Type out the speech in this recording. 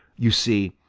you see,